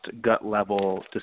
gut-level